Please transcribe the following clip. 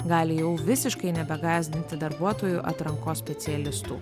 gali jau visiškai nebegąsdinti darbuotojų atrankos specialistų